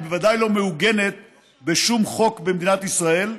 היא בוודאי לא מעוגנת בשום חוק במדינת ישראל.